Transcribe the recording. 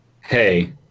Hey